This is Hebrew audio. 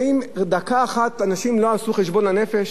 האם דקה אחת אנשים לא עשו חשבון נפש?